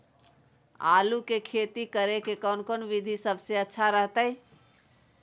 आलू की खेती करें के कौन कौन विधि सबसे अच्छा रहतय?